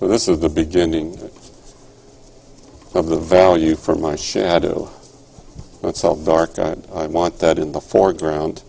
so this is the beginning of the value for my shadow and so dark i want that in the foreground